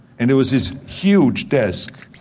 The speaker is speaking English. and it was this huge desk,